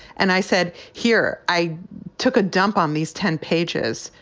and i said, here i took a dump on these ten pages.